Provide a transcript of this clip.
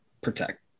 protect